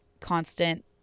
constant